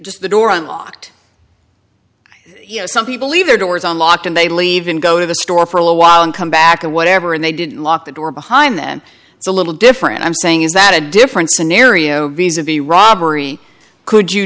just the door unlocked you know some people leave their doors unlocked and they leave and go to the store for a while and come back or whatever and they didn't lock the door behind them it's a little different i'm saying is that a different scenario visa be robbery could you